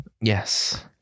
Yes